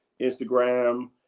Instagram